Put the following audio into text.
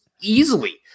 easily